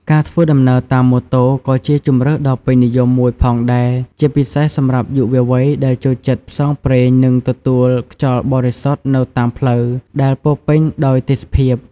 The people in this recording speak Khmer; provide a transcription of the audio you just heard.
ការធ្វើដំណើរតាមម៉ូតូក៏ជាជម្រើសដ៏ពេញនិយមមួយផងដែរ ជាពិសេសសម្រាប់យុវវ័យដែលចូលចិត្តផ្សងព្រេងនិងទទួលខ្យល់បរិសុទ្ធនៅតាមផ្លូវដែលពោរពេញដោយទេសភាព។